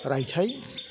रायथाइ